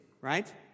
Right